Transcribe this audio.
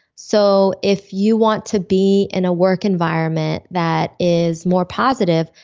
so if you want to be in a work environment that is more positive,